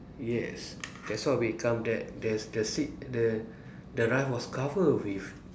yes that's what we come that the the seat the the rice was cover with